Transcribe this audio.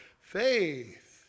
faith